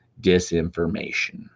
disinformation